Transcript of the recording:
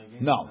No